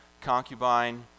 concubine